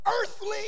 earthly